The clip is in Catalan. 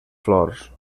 flors